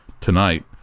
tonight